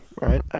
Right